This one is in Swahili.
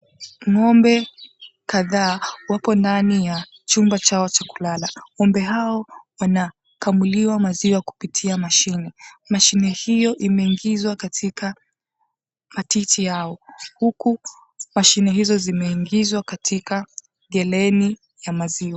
Ng'ombe kadhaa wapo ndani ya chumba chao cha kulala. Ng'ombe hao wanakamuliwa maziwa kupitia mashini. Mashini hiyo imeingizwa katika matiti yao, huku mashine hizo zimeingizwa katika geleni ya maziwa.